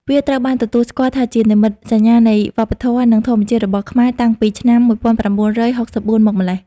វាត្រូវបានទទួលស្គាល់ថាជានិមិត្តសញ្ញានៃវប្បធម៌ និងធម្មជាតិរបស់ខ្មែរ តាំងពីឆ្នាំ ១៩៦៤ មកម្ល៉េះ។